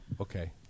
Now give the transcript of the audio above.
Okay